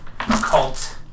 cult